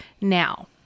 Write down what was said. now